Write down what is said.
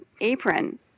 apron